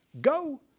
go